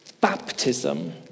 baptism